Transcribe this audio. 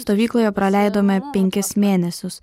stovykloje praleidome penkis mėnesius